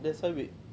that's why we